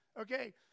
Okay